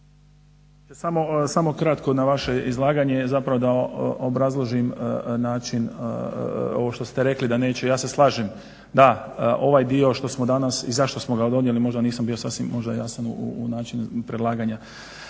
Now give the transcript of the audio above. Samo kratko na vaše izlaganje zapravo da vam obrazložim način ovo što ste rekli da neće, ja se slažem da, ovaj dio što smo danas i zašto smo ga donijeli, možda nisam bio sasvim možda jasan u načinu predlaganja.